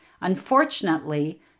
Unfortunately